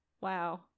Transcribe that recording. Wow